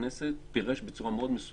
ויושב-ראש הכנסת פירש בצורה מאוד מסוימת